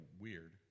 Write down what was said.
weird